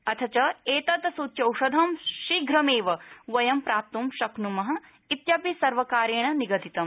अथ च एतत् सूच्यौषधम् शीघ्रमेव वयं प्राप्तूं शक्नुम इत्यपि सर्वकारेण निगदितम्